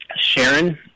Sharon